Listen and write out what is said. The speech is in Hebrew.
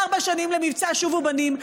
ארבע שנים למבצע שובו בנים,